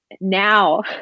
Now